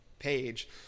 page